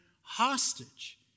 hostage